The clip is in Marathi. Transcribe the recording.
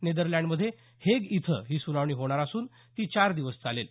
नेदरलँडमध्ये हेग इथं ही सुनावणी होणार असून ती चार दिवस चालेल